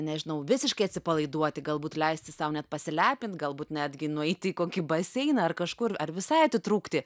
nežinau visiškai atsipalaiduoti galbūt leisti sau net pasilepint galbūt netgi nueiti į kokį baseiną ar kažkur ar visai atitrūkti